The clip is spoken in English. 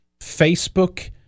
Facebook